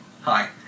Hi